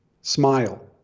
Smile